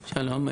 שלום.